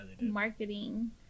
marketing